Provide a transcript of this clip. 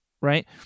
right